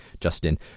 Justin